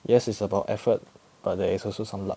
yes it's about effort but there is also some luck